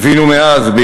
והבינו מאז,